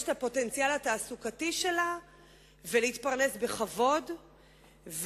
את הפוטנציאל התעסוקתי שלה ולהתפרנס בכבוד,